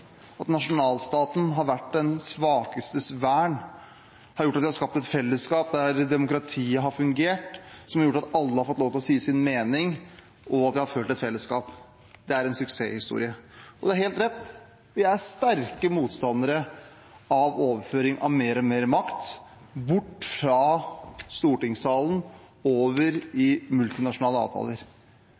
at nasjonalstaten har vært den svakestes vern og har gjort at vi har skapt et fellesskap der demokratiet har fungert, som har gjort at alle har fått lov til å si sin mening, og at vi har følt et fellesskap. Det er en suksesshistorie. Det er helt rett: Vi er sterke motstandere av overføring av mer og mer makt bort fra stortingssalen over i multinasjonale avtaler.